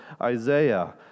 Isaiah